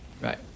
Right